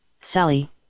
sally